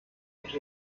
und